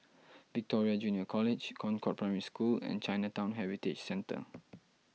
Victoria Junior College Concord Primary School and Chinatown Heritage Centre